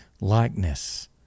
likeness